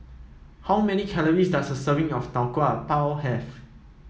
how many calories does a serving of Tau Kwa Pau have